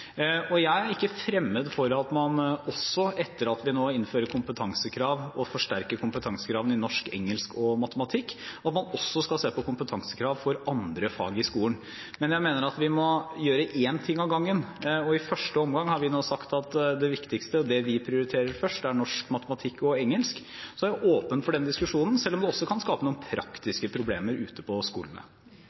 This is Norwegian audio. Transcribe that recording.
Jeg er ikke fremmed for at man også, etter at vi nå innfører kompetansekrav og forsterker kompetansekravene i norsk, engelsk og matematikk, skal se på kompetansekrav for andre fag i skolen, men jeg mener at vi må gjøre én ting av gangen, og i første omgang har vi nå sagt at det viktigste, og det vi prioriterer først, er norsk, matematikk og engelsk. Så er jeg åpen for den diskusjonen, selv om det også kan skape noen praktiske problemer ute på skolene.